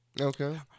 Okay